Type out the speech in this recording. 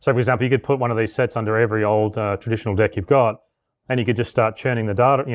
so for example, you could put one of these sets under every old traditional deck you've got and you could just start churning the data,